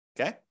Okay